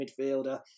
midfielder